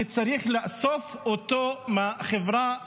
שצריך לאסוף אותו מהחברה הערבית,